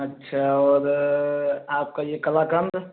अच्छा और आपका ये कलाकंद